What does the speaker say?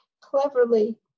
cleverly